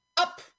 Up